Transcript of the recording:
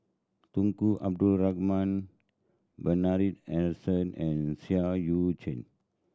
Tunku Abdul Rahman Bernard Harrison and Seah Eu Chin